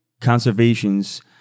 conservations